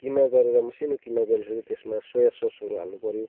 किमा गरेर मसिनो किमा गरिसक्यो त्यसमा सोया ससहरू हाल्नु पर्यो